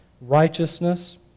righteousness